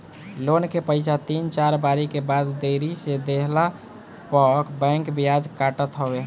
loan के पईसा तीन चार बारी के बाद देरी से देहला पअ बैंक बियाज काटत हवे